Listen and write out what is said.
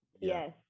Yes